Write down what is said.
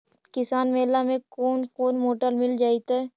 किसान मेला में कोन कोन मोटर मिल जैतै?